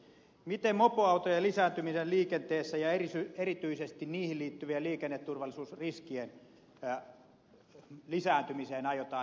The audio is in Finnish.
miten mopoautojen lisääntymiseen liikenteessä ja erityisesti niihin liittyvien liikenneturvallisuusriskien lisääntymiseen aiotaan reagoida